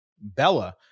Bella